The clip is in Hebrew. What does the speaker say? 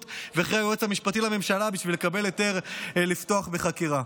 ואחרי היועץ המשפטי לממשלה בשביל לקבל היתר לפתוח בחקירה.